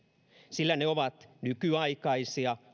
sillä ne ovat nykyaikaisia